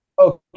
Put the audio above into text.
Okay